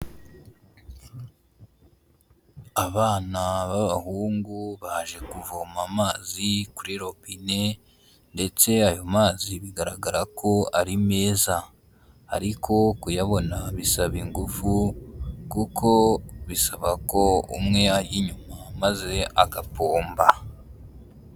Abana b'abahungu baje kuvoma amazi kuri robine ndetse ayo mazi bigaragara ko ari meza ariko kuyabona bisaba ingufu kuko bisaba ko umwe ajya inyuma maze agapomba.